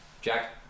Jack